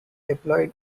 deployed